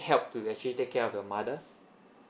help to actually take care of your mother